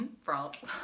France